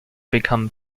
become